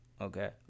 okay